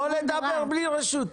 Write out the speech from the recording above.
לא לדבר בלי רשות.